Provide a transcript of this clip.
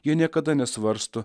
jie niekada nesvarsto